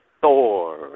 Thor